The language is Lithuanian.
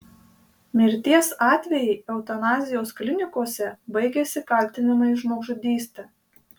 mirties atvejai eutanazijos klinikose baigiasi kaltinimais žmogžudyste